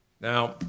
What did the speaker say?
Now